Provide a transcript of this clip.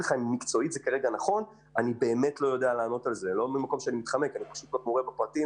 יודע לומר אם זה נכון מקצועית מהסיבות שפירטתי.